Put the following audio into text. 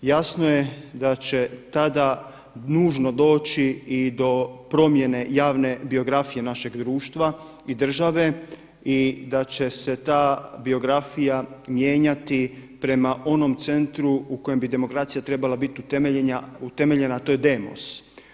Jasno je da će tada nužno doći i do promjene javne biografije našeg društva i države i da će se ta biografija mijenjati prema onom centru u kojem bi demokracija trebala biti utemeljena a to je demos.